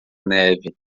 neve